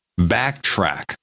backtrack